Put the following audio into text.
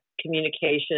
communication